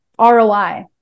ROI